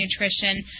nutrition